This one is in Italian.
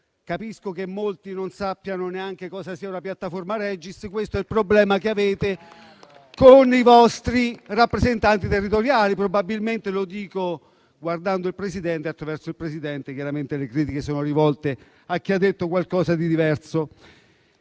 Capisco che molti non sappiano neanche cosa sia una piattaforma Regis; questo è il problema che avete con i vostri rappresentanti territoriali. Lo dico guardando il Presidente e, per suo tramite, chiaramente le critiche sono rivolte a chi ha detto qualcosa di diverso.